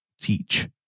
Teach